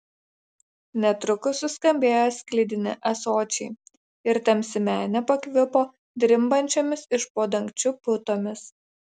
netrukus suskambėjo sklidini ąsočiai ir tamsi menė pakvipo drimbančiomis iš po dangčiu putomis